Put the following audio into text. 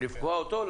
לפגוע אותו,